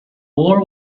war